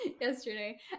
yesterday